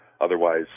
otherwise